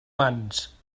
mans